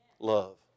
love